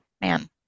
man